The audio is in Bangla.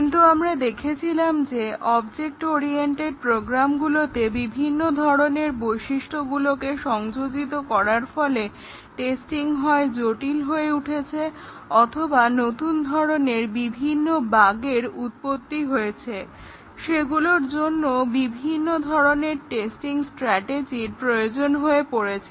কিন্তু আমরা দেখেছিলাম যে অবজেক্ট ওরিয়েন্টেড প্রোগ্রামগুলোতে বিভিন্ন ধরনের বৈশিষ্ট্যগুলোকে সংযোজিত করার ফলে টেস্টিং হয় জটিল হয়ে উঠেছে অথবা নতুন ধরনের বিভিন্ন বাগ্ এর উৎপত্তি হচ্ছে যেগুলোর জন্য বিভিন্ন ধরনের টেস্টিং স্ট্র্যাটেজির প্রয়োজন হয়ে পড়ছে